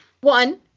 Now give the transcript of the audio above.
One